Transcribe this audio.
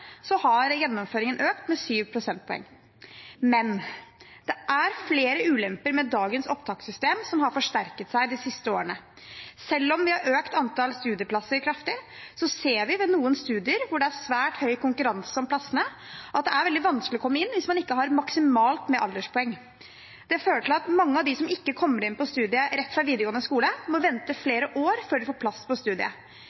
har gjennomføringen økt med 7 prosentpoeng. Men det er flere ulemper med dagens opptakssystem som har forsterket seg de siste årene. Selv om vi har økt antall studieplasser kraftig, ser vi ved noen studier der det er svært stor konkurranse om plassene, at det er veldig vanskelig å komme inn hvis man ikke har maksimalt med alderspoeng. Det fører til at mange av dem som ikke kommer inn på studiet rett fra videregående skole, må vente